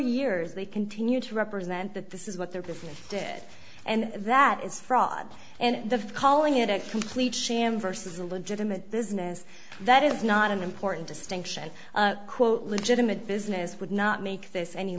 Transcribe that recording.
years they continue to represent that this is what their before did and that is fraud and the calling it a complete sham versus a legitimate business that is not an important distinction quote legitimate business would not make this any